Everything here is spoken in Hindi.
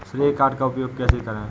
श्रेय कार्ड का उपयोग कैसे करें?